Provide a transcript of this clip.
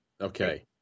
Okay